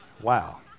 Wow